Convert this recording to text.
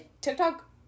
TikTok